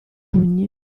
pugni